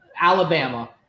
Alabama